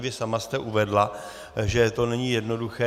Vy sama jste uvedla, že to není jednoduché.